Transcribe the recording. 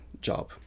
job